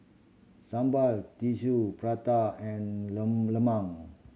sambal Tissue Prata and lemang